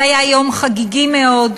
זה היה יום חגיגי מאוד,